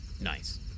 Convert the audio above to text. Nice